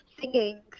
singing